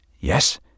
Yes